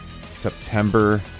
September